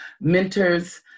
mentors